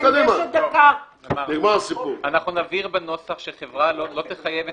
אנחנו נבהיר בנוסח שחברה לא תחייב את